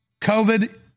COVID